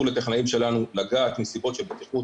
לטכנאים שלנו לגעת מסיבות של בטיחות,